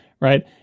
right